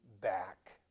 back